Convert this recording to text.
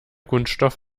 kunststoff